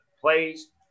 plays